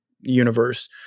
universe